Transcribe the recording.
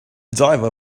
diver